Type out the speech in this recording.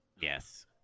Yes